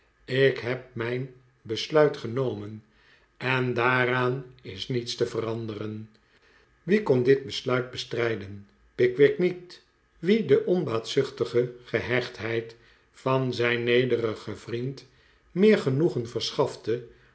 ik heb mijn besluit genomen en daaraan is niets te veranderen wie kon dit besluit bestrijden pickwick niet wien de onbaatzuchtige gehechtheid van zijn nederigen vriend meer genoegen verschafte